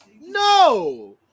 No